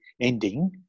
ending